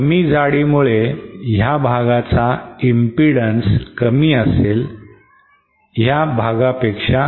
कमी जाडीमुळे ह्या भागाचा इम्पीडन्स कमी असेल ह्या भागापेक्षा